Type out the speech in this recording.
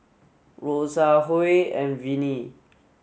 Rosa Huy and Vinnie